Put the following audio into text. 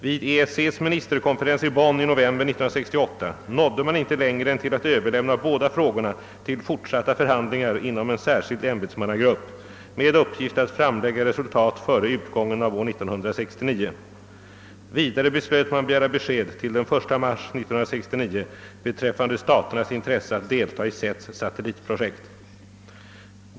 Vid ESC:s ministerkonferens i Bonn i november 1968 nådde man inte längre än till att överlämna båda frågorna till fortsatta förhandlingar inom en särskild ämbetsmannagrupp med uppgift att framlägga resultat före utgången av år 1969. Vidare beslöt man begära besked till den 1 mars 1969 beträffande staternas intresse att delta i CETS:s satellitprojekt.